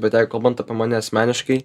bet jei kalbant apie mane asmeniškai